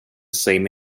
same